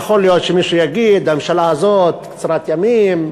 יכול להיות שמישהו יגיד: הממשלה הזאת קצרת ימים,